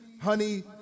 honey